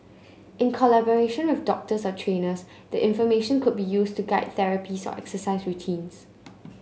in collaboration of doctors or trainers the information could be used to guide therapies or exercise routines